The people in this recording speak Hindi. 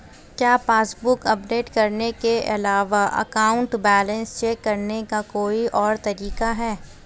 क्या पासबुक अपडेट करने के अलावा अकाउंट बैलेंस चेक करने का कोई और तरीका है?